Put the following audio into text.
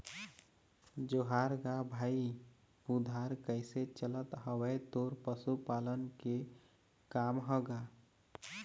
जोहार गा भाई बुधार कइसे चलत हवय तोर पशुपालन के काम ह गा?